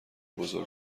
بزرگ